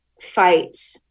fight